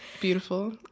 beautiful